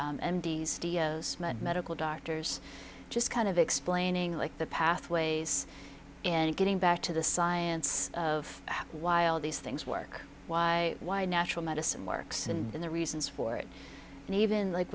medical doctors just kind of explaining like the pathways and getting back to the science of while these things work why why natural medicine works and in the reasons for it and even like